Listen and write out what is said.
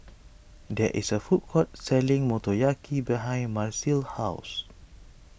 there is a food court selling Motoyaki behind Marceline's house